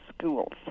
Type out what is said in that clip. schools